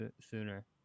sooner